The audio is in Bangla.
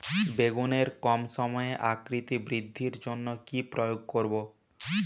বেগুনের কম সময়ে আকৃতি বৃদ্ধির জন্য কি প্রয়োগ করব?